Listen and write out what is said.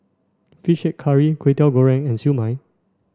fish head curry Kway Teow Goreng and Siew Mai